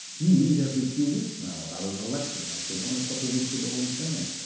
you read every few weeks now about an election, like the one a couple of weeks ago in france,